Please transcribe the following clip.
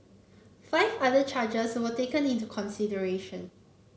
five other charges were taken into consideration